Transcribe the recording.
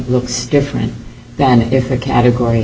looks different than if a category